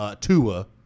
Tua